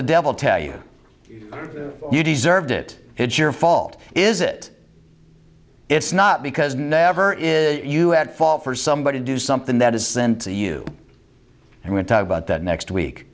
the devil tell you you deserved it it's your fault is it it's not because never is you at fault for somebody do something that isn't a you and went about that next week